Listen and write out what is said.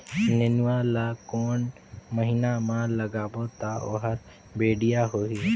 नेनुआ ला कोन महीना मा लगाबो ता ओहार बेडिया होही?